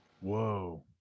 Whoa